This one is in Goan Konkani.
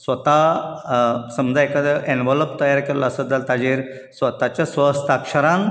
स्वता समजा एका एनवोलोप तयार केल्लो आसत जाल्यार ताचेर स्वताचे स्व अक्षरान